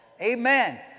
Amen